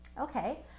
Okay